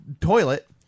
toilet